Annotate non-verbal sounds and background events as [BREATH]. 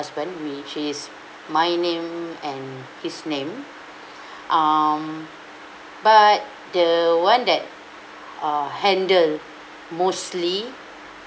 husband which is mine name and his name [BREATH] um but the one that [BREATH] uh handle mostly